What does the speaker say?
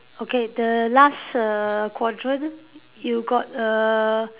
okay the last err quadrant you got err